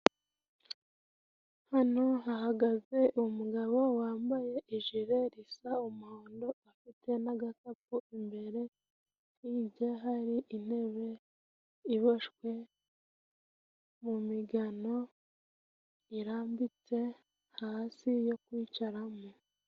Hano hahagaze umugabo wambaye ijire risa umuhondo ufite n'agakapu imbere, hirya hari intebe iboshwe mu migano irambitse hasi yo kwicaramo.